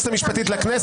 אנחנו נצביע בעד ונגד.